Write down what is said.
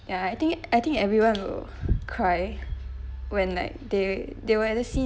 ya I think I think everyone will cry when like they they were at the scene